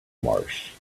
marsh